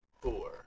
four